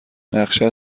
نقشت